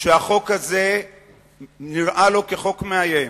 שהחוק הזה נראה לו כחוק מאיים,